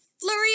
flurry